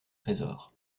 trésor